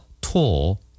tall